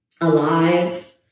alive